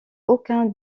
aucun